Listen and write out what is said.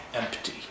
empty